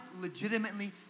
legitimately